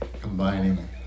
combining